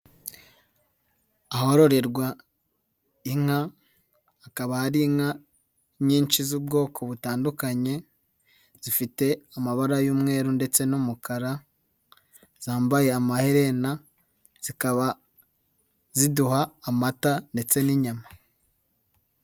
Aharorerwa inka hakaba hari inka nyinshi z'ubwoko butandukanye zifite amabara y'umweru ndetse n'umukara, zambaye amaherena, zikaba ziduha amata ndetse n'inyama.